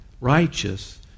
righteous